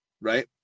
right